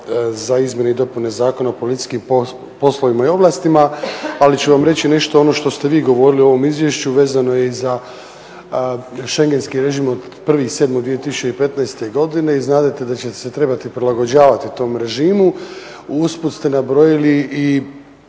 za izmjene i dopune Zakona o policijskim poslovima i ovlastima, ali ću vam reći nešto ono što ste vi govorili u ovom izvješću, a vezano je za schengenski režim od 1.7.2015.i znate da će se trebati prilagođavati tom režimu. Uz put ste nabrojili